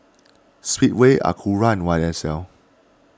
Speedway Acura and Y S L